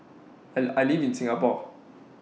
I I live in Singapore